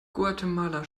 guatemala